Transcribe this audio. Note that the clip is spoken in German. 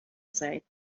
seid